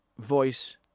voice